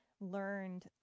learned